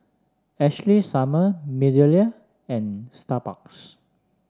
Ashley Summer MeadowLea and Starbucks